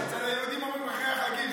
אצל היהודים אומרים: אחרי החגים.